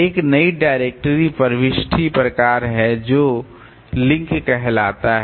एक नई डायरेक्टरी प्रविष्टि प्रकार है जो लिंक कहलाता है